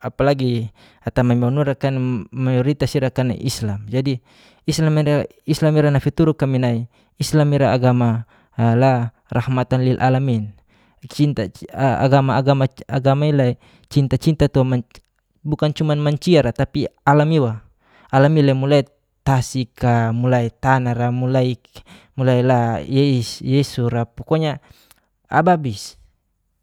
apalagi atamami ni wanuraakan mu munuritas irakan islam. jadi, islam me da islam ira nafituruk kami nai islam ira agama a la rahmatan lil alamin. cinta a a agama agama `agama i lai cinta cinta tu manc bukan cuman mancia ra tapi alam iwa alam ile mulai tasika, mulai tana ra, mulaik mulai la yeis yesu ra pokonya ababis